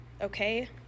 okay